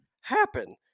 happen